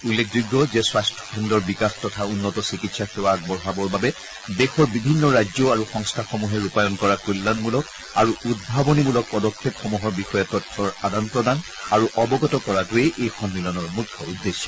উল্লে খযোগ্য যেস্বাস্য খণ্ডৰ বিকাশ তথা উন্নত চিকিৎসা সেৱা আগবঢ়াবৰ বাবে দেশৰ বিভিন্ন ৰাজ্য আৰু সংস্থাসমূহে ৰূপায়ণ কৰা কল্যাণমূলক আৰু উদ্ভাৱণীমূলক পদক্সেপসমূহৰ বিষয়ে তথ্যৰ আদান প্ৰদান আৰু অৱগত হোৱাই এই সন্িংলনৰ মুখ্য উদ্দেশ্য